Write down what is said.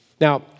Now